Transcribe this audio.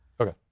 Okay